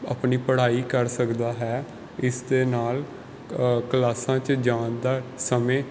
ਆਪਣੀ ਪੜ੍ਹਾਈ ਕਰ ਸਕਦਾ ਹੈ ਇਸ ਦੇ ਨਾਲ ਕ ਕਲਾਸਾਂ 'ਚ ਜਾਣ ਦਾ ਸਮੇਂ